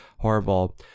horrible